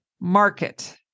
market